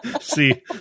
See